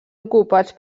ocupats